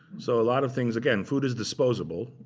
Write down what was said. so a lot of things. again, food is disposable.